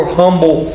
humble